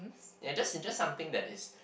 ya just just something that is